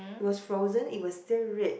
was frozen it was still rich